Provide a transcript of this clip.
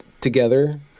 together